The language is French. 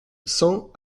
cent